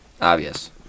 Obvious